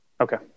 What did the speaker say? Okay